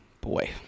Boy